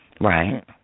Right